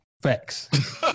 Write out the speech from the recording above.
facts